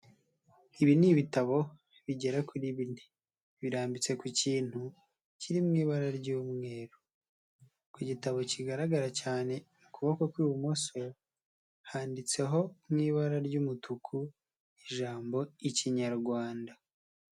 Ibi ni ibitabo bigera kuri bine, birambitse ku kintu, kiri mu ibara ry'umweru, ku gitabo kigaragara cyane mu kuboko kw'ibumoso, handitseho mu ibara ry'umutuku, ijambo Ikinyarwanda.